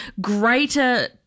greater